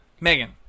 Megan